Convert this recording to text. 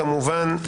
כמובן,